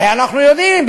הרי אנחנו יודעים,